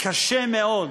קשה מאוד,